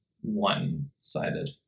one-sided